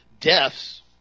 deaths